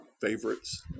favorites